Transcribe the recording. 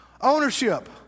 Ownership